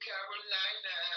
Carolina